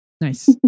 Nice